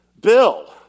Bill